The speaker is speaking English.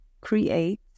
create